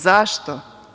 Zašto?